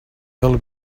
del